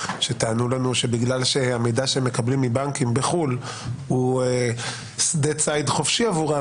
שטענו לנו שבגלל המידע שמקבלים מבנקים בחו"ל הוא שדה ציד חופשי עבורם,